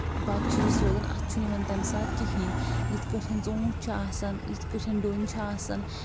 پَتہٕ چھٕ یہِ سوزان اَتھ چھُ نہٕ یِوان تَمہِ ساتہٕ کِہینۍ یِتھ کٲٹھٮ۪ن ژوٗٹھ چھ آسان یِتھ پٲٹھٮ۪ن ڈوٚنۍ چھِ آسان